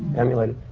emulate